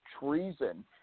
treason